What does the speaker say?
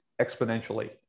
exponentially